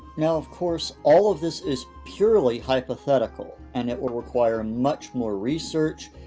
now, of course, all of this is purely hypothetical and it will require much more research,